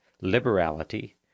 liberality